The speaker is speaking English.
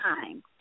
time